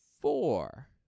Four